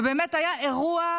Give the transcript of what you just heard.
ובאמת היה האירוע,